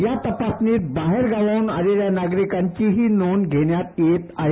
या तपासणीत बाहेर गावावरून आलेल्या लोकांची नोंद घेण्यात येत आहे